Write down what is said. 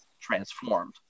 transformed